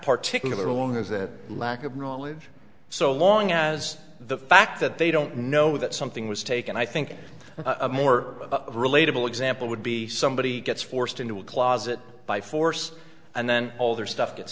that lack of knowledge so long as the fact that they don't know that something was taken i think a more relatable example would be somebody gets forced into a closet by force and then all their stuff gets